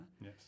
Yes